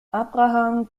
abraham